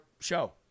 show